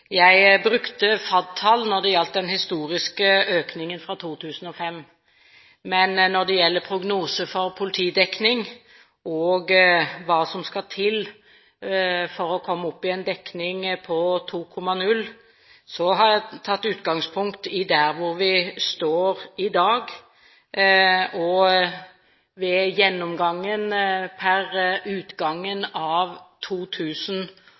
Jeg brukte FAD-tall når det gjaldt den historiske økningen fra 2005, men når det gjelder prognoser for politidekning og hva som skal til for å komme opp i en dekning på 2,0, har jeg tatt utgangspunkt i